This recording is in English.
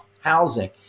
housing